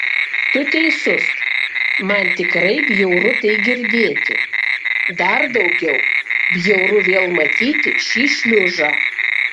tu teisus man tikrai bjauru tai girdėti dar daugiau bjauru vėl matyti šį šliužą